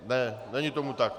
Ne, není tomu tak.